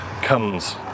comes